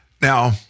Now